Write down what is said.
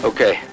Okay